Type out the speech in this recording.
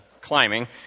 climbing